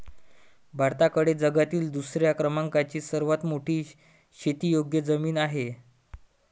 भारताकडे जगातील दुसऱ्या क्रमांकाची सर्वात मोठी शेतीयोग्य जमीन आहे